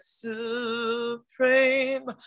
supreme